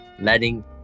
letting